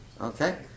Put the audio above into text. Okay